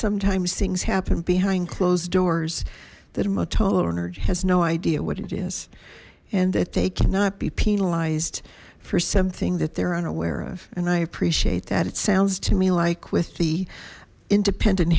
sometimes things happen behind closed doors that a motel owner has no idea what it is and that they cannot be penalized for something that they're unaware of and i appreciate that it sounds to me like with the independent